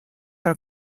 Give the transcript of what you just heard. are